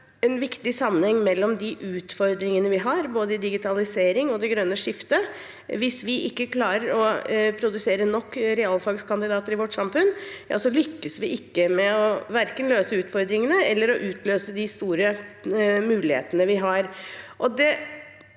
en viktig sammenheng mellom de utfordringene vi har, både i digitalisering og det grønne skiftet. Hvis vi ikke klarer å produsere nok realfagskandidater i vårt samfunn, lykkes vi ikke med verken å løse utfordringene eller å utløse de store mulighetene vi har.